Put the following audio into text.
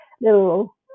little